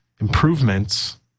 improvements